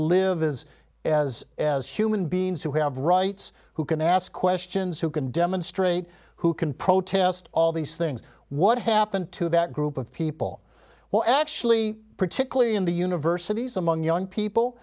live as as as human beings who have rights who can ask questions who can demonstrate who can protest all these things what happened to that group of people well actually particularly in the universities among young people